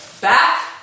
back